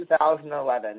2011